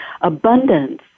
abundance